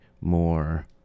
more